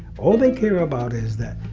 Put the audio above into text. all they care about is that,